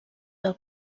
del